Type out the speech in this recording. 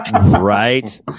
Right